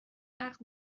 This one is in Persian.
عقد